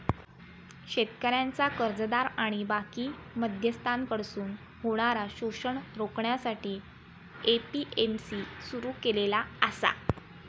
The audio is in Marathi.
शेतकऱ्यांचा कर्जदार आणि बाकी मध्यस्थांकडसून होणारा शोषण रोखण्यासाठी ए.पी.एम.सी सुरू केलेला आसा